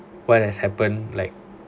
what has happen like